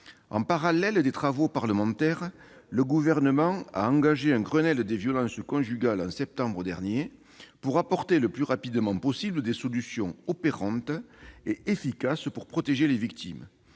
En parallèle des travaux parlementaires, le Gouvernement a engagé un Grenelle contre les violences conjugales en septembre dernier pour apporter le plus rapidement possible des solutions opérantes et efficaces pour protéger les victimes.